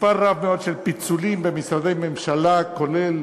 מספר רב מאוד של פיצולים במשרדי ממשלה, כולל